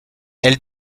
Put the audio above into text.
elle